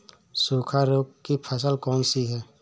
सूखा रोग की फसल कौन सी है?